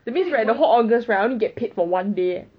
that means right the whole august right I only get paid for one day leh